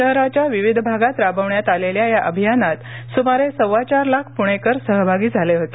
शहराच्या विविध भागात राबवण्यात आलेल्या या अभियानात सुमारे सव्वाचार लाख पुणेकर सहभागी झाले होते